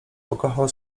pokochał